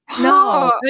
no